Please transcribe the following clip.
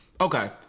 okay